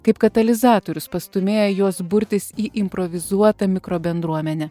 kaip katalizatorius pastūmėja juos burtis į improvizuotą mikro bendruomenę